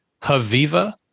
Haviva